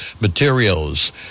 materials